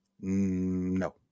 No